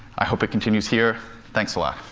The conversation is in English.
i hope it continues here. thanks a lot.